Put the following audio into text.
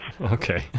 Okay